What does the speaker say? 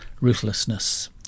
Ruthlessness